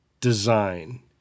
design